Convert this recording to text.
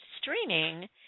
streaming